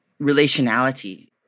relationality